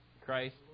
Christ